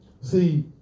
See